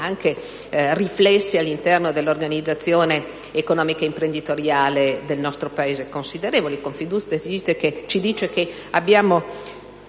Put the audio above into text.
Grazie,